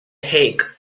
hague